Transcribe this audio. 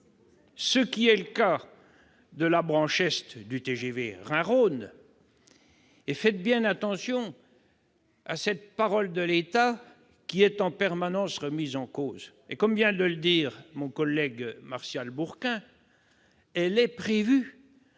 C'est le cas de la branche est du TGV Rhin-Rhône. Faites bien attention à cette parole de l'État qui est en permanence remise en cause ... Comme vient de le dire mon collègue Martial Bourquin, la seconde